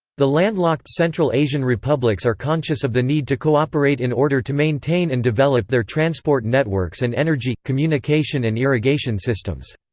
the landlocked central asian republics are conscious of the need to co-operate in order to maintain and develop their transport networks and energy, communication and irrigation systems.